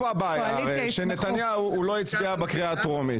הבעיה היא שנתניהו לא הצביע בקריאה הטרומית,